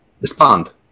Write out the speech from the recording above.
Respond